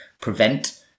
prevent